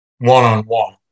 one-on-one